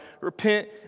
repent